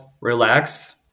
relax